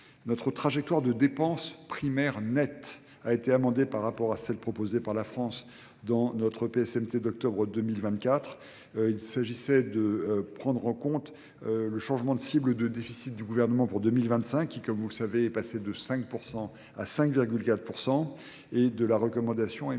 Notre trajectoire de dépenses primaires nette a été amendée par rapport à celle proposée par la France dans notre PSMT d'octobre 2024. Il s'agissait de prendre en compte le changement de cible de déficit du gouvernement pour 2025 qui, comme vous le savez, est passé de 5% à 5,4% et de la recommandation émise